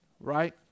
Right